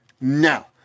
now